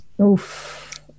Oof